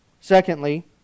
Secondly